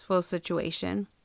situation